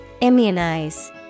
Immunize